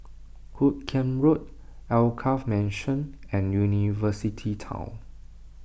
Hoot Kiam Road Alkaff Mansion and University Town